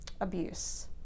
abuse